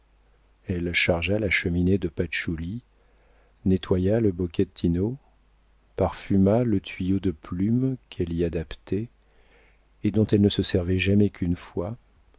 elle chargea la cheminée de patchouli nettoya le bochettino parfuma le tuyau de plume qu'elle y adaptait et dont elle ne se servait jamais qu'une fois